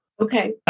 Okay